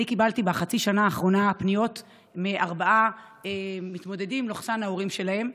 אני קיבלתי בחצי השנה האחרונה פניות מארבעה מתמודדים/ההורים שלהם.